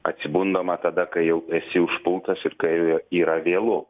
atsibundama tada kai jau esi užpultas ir kai yra vėlu